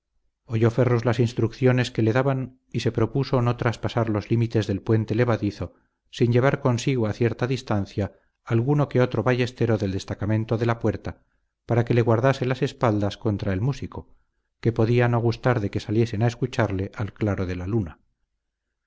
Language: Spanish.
oyó ferrus las instrucciones que le daban y se propuso no traspasar los límites del puente levadizo sin llevar consigo a cierta distancia alguno que otro ballestero del destacamento de la puerta para que le guardase las espaldas contra el músico que podía no gustar de que saliesen a escucharle al claro de la luna